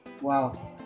Wow